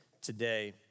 today